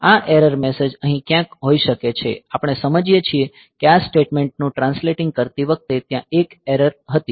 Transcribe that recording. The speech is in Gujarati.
આ એરર મેસેજ અહીં ક્યાંક હોઈ શકે છે આપણે સમજીએ છીએ કે આ સ્ટેટમેન્ટ નું ટ્રાન્સલેટિંગ કરતી વખતે ત્યાં એક એરર હતી